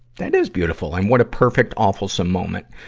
that is beautiful, and what a perfect awfulsome moment.